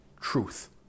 truth